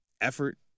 effort